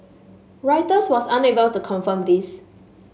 Reuters was unable to confirm this